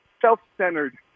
self-centered